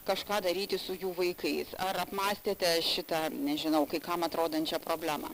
kažką daryti su jų vaikais ar apmąstėte šitą nežinau kai kam atrodančią problemą